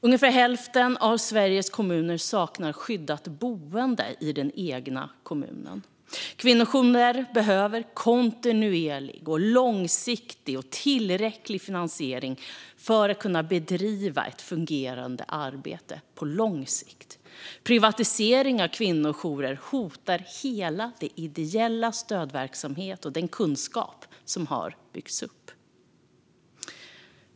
Ungefär hälften av Sveriges kommuner saknar skyddat boende i den egna kommunen. Kvinnojourerna behöver kontinuerlig och tillräcklig finansiering för att kunna bedriva ett fungerande arbete på lång sikt. Privatisering av kvinnojourer hotar hela den ideella stödverksamhet och den kunskap som byggts upp.